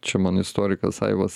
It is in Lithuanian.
čia man istorikas aivas